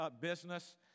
business